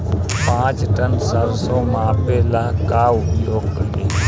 पाँच टन सरसो मापे ला का उपयोग करी?